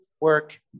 work